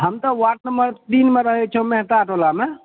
हम त ward number तीन मे रहै छियै मेहता टोला मे